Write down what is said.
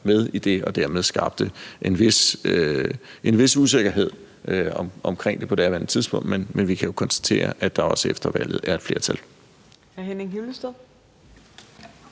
med i det og dermed skabte en vis usikkerhed omkring det på daværende tidspunkt. Men vi kan jo konstatere, at der også efter valget er et flertal.